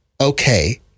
okay